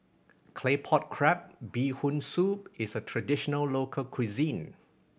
Claypot Crab Bee Hoon Soup is a traditional local cuisine